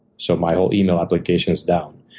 so my whole email application's down.